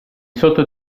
sotto